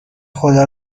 خدا